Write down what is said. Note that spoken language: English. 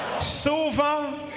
silver